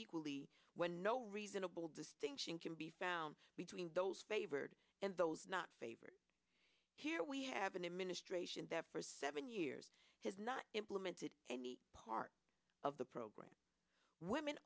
equally when no reasonable distinction can be found between those favored and those not favored here we have an administration that for seven years has not implemented any part of the program women